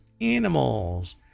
animals